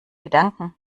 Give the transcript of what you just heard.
gedanken